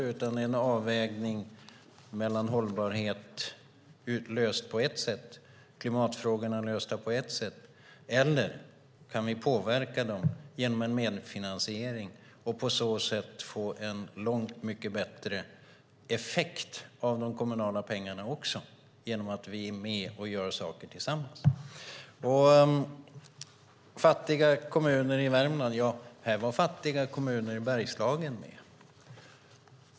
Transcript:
Det är i stället en avvägning mellan hållbarhet utlöst på ett sätt och klimatfrågorna lösta på ett sätt och frågan om ifall vi kan påverka dem genom en medfinansiering. På så sätt kan vi få en långt mycket bättre effekt av de kommunala pengarna genom att vi är med och gör saker tillsammans. Fattiga kommuner i Värmland, talar Lars Johansson om. Här var fattiga kommuner i Bergslagen med.